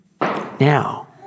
Now